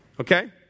Okay